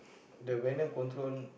the venom control